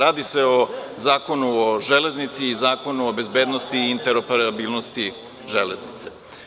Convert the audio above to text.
Radi se o Zakonu o železnici i Zakonu o bezbednosti i interoperabilnosti železnice.